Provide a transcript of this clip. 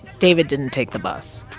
david didn't take the bus.